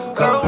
go